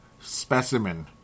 specimen